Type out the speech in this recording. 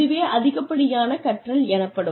இதுவே அதிகப்படியான கற்றல் எனப்படும்